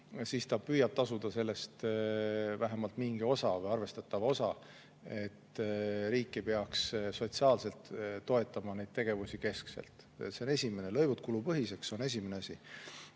siis ta püüab tasuda sellest vähemalt mingi osa või arvestatava osa, et riik ei peaks sotsiaalselt neid tegevusi keskselt toetama. See on esimene asi, lõivud kulupõhiseks on esimene asi.